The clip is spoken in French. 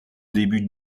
début